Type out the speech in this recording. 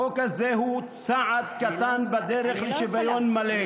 החוק הזה הוא צעד קטן בדרך לשוויון מלא,